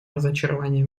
разочарование